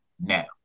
now